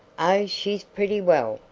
she's pretty well,